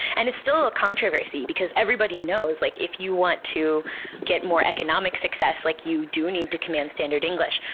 and it's still a controversy because everybody knows like if you want to get more economic success, like you do need to command standard english,